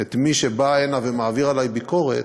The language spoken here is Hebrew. את מי שבא הנה ומעביר עלי ביקורת,